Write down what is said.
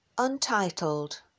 Untitled